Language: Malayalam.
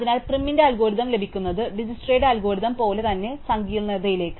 അതിനാൽ പ്രൈമിന്റെ അൽഗോരിതം ലഭിക്കുന്നത് ഡിജ്സ്ക്സ്ട്രയുടെ അൽഗോരിതം പോലെ തന്നെ സങ്കീർണ്ണതയിലേക്ക്